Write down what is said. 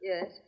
Yes